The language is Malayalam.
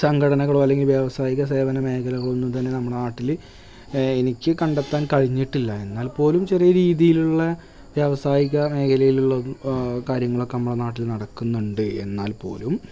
സംഘടനകളോ അല്ലെങ്കില് വ്യവസായിക സേവനമേഖലകളോ ഒന്നും തന്നെ നമ്മുടെ നാട്ടില് എനിക്ക് കണ്ടെത്താന് കഴിഞ്ഞിട്ടില്ല എന്നാല് പോലും ചെറിയ രീതിയിലുള്ള വ്യാവസായിക മേഖലയിലുള്ള ഒരു കാര്യങ്ങളൊക്കെ നമ്മളെ നാട്ടില് നടക്കുന്നുണ്ട് എന്നാല് പോലും